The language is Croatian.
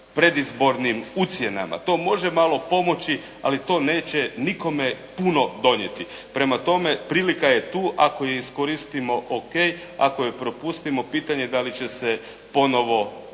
predizbornim ucjenama. To može malo pomoći, ali to neće nikome puno donijeti. Prema tome, prilika je tu. Ako je iskoristimo o.k. Ako je propustimo pitanje da li će se ponovo